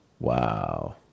Wow